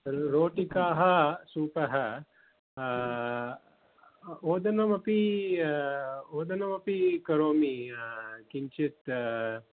रोटिकाः सूपः ओदनमपि ओदनमपि करोमि किञ्चित्